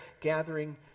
gathering